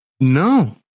No